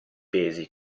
pesi